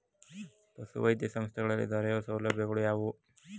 ಪಶುವೈದ್ಯ ಸಂಸ್ಥೆಗಳಲ್ಲಿ ದೊರೆಯುವ ಸೌಲಭ್ಯಗಳು ಯಾವುವು?